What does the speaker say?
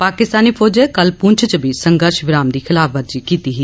पाकिस्तानी फौजे कल पुंछ च संघर्ष विराम दी खिलाफवर्जी कीती ही